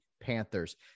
Panthers